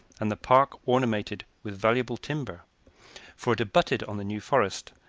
and the park ornamented with valuable timber for it abutted on the new forest,